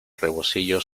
rebocillo